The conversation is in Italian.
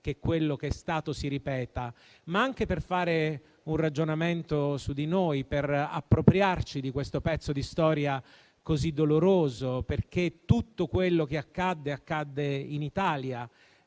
che quello che è stato si ripeta, ma anche per fare un ragionamento su di noi, per appropriarci di questo pezzo di storia così doloroso, perché tutto ciò accadde in Italia.